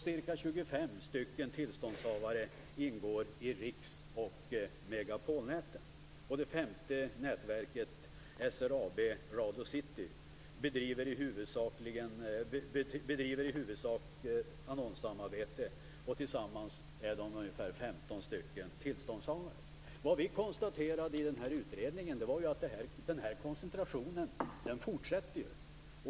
Ca 25 tillståndshavare ingår i SRAB/Radio City, bedriver huvudsakligen annonsförsäljningssamarbete. Tillsammans finns det ungefär 15 Vad vi konstaterade i utredningen var att koncentrationen fortsätter.